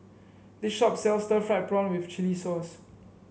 this shop sells Stir Fried Prawn with Chili Sauce